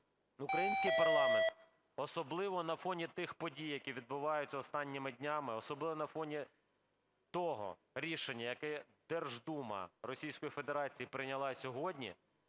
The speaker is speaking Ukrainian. український парламент, особливо на фоні тих подій, які відбуваються останніми днями, особливо на фоні того рішення, яке Держдума Російської Федерації прийняла сьогодні,